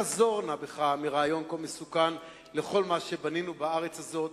חזור נא בך מרעיון כה מסוכן לכל מה שבנינו בארץ הזאת.